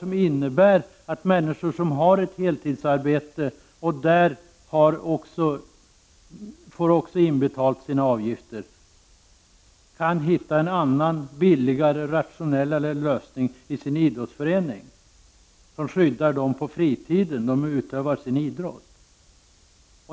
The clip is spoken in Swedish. som innebär att människor som har ett heltidsarbete och där får sina avgifter inbetalda också får möjlighet att hitta en billig och rationell lösning i sin idrottsförening, en försäkring som skyddar dem på fritiden när de utövar sin idrott.